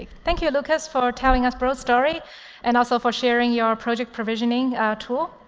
thank you, lukas, for telling us broad's story and also for sharing your project provisioning tool.